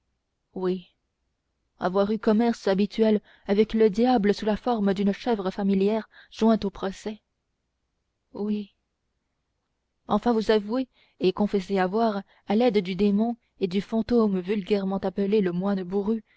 oui avoir eu commerce habituel avec le diable sous la forme d'une chèvre familière jointe au procès oui enfin vous avouez et confessez avoir à l'aide du démon et du fantôme vulgairement appelé le moine bourru